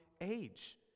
age